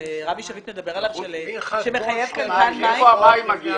שביט מדבר שמחייב קנקן מים?